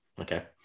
Okay